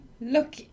look